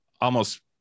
almost-